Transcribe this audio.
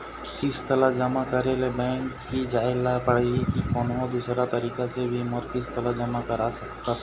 किस्त ला जमा करे ले बैंक ही जाए ला पड़ते कि कोन्हो दूसरा तरीका से भी मोर किस्त ला जमा करा सकत हो?